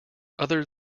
other